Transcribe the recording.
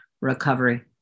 recovery